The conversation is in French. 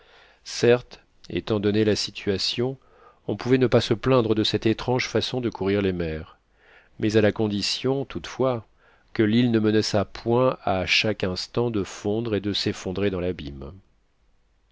certes étant donnée la situation on pouvait ne pas se plaindre de cette étrange façon de courir les mers mais à la condition toutefois que l'île ne menaçât point à chaque instant de fondre et de s'effondrer dans l'abîme